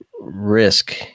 risk